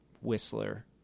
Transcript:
Whistler